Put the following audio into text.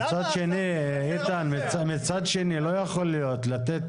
מצד שני, איתן, לא יכול להיות לתת